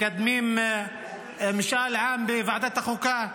מקדמים משאל עם בוועדת החוקה,